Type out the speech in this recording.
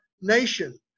nation